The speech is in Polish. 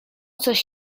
coś